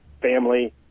family